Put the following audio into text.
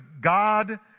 God